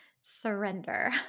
surrender